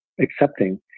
accepting